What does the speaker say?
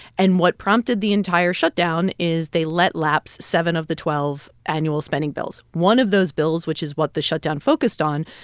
and what prompted the entire shutdown is they let lapse seven of the twelve annual spending bills. one of those bills, which is what the shutdown focused on,